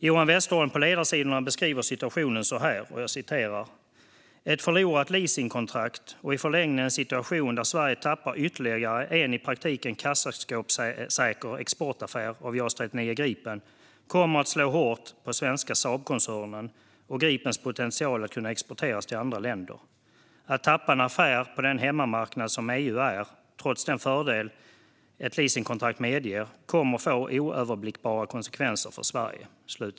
Johan Westerholm på Ledarsidorna beskriver situationen så här: "Ett förlorat leasingkontrakt och i förlängningen en situation där Sverige tappar ytterligare en i praktiken kassaskåpssäker exportaffär av JAS 39 Gripen kommer slå hårt på svenska SAAB-koncernen och Gripens potential att kunna exporteras till andra länder. Att tappa en affär på den hemmamarknad som EU är, trots den fördel ett leasingkontrakt medger, kommer få oöverblickbara konsekvenser för Sverige."